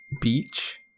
beach